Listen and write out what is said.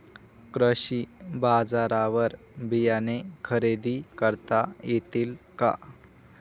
कृषी बाजारवर बियाणे खरेदी करता येतील का?